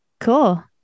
cool